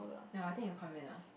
no I think he will come in lah